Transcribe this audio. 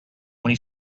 when